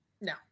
No